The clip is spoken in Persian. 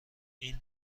این